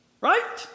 right